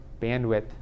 bandwidth